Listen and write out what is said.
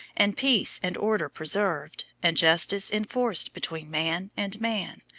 and peace and order preserved, and justice enforced between man and man,